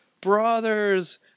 brothers